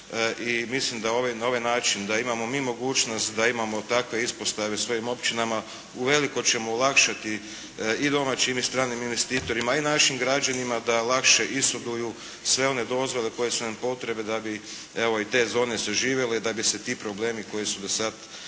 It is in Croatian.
i mislim da na ovaj novi način da imamo mi mogućnost da imamo takve ispostave u svojim općinama uveliko ćemo olakšati i domaćim i stranim investitorima i našim građanima da lakše ishoduju sve one dozvole koje su nam potrebne da bi evo i te zone saživjele i da bi se ti problemi koji su do sada